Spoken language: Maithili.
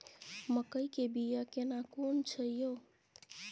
मकई के बिया केना कोन छै यो?